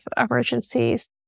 emergencies